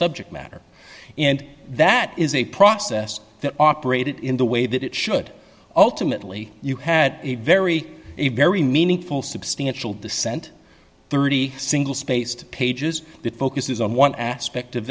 subject matter and that is a process that operated in the way that it should ultimately you had a very a very meaningful substantial dissent thirty single spaced pages that focuses on one aspect of